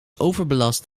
overbelast